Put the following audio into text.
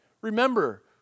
Remember